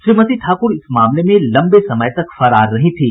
श्रीमती ठाकूर इस मामले में लंबे समय तक फरार रही थीं